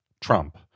Trump